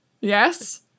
Yes